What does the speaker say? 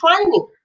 training